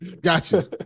Gotcha